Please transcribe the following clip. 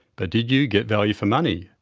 but did you get value for money,